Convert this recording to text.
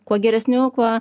kuo geresniu kuo